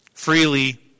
freely